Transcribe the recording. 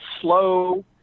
slow